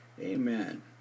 Amen